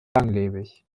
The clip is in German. langlebig